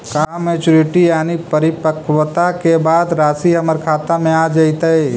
का मैच्यूरिटी यानी परिपक्वता के बाद रासि हमर खाता में आ जइतई?